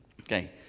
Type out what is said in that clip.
Okay